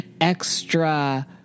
extra